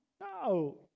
No